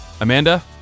Amanda